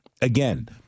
Again